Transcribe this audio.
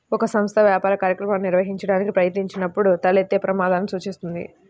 ఒక సంస్థ వ్యాపార కార్యకలాపాలను నిర్వహించడానికి ప్రయత్నించినప్పుడు తలెత్తే ప్రమాదాలను సూచిస్తుంది